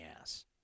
ass